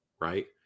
Right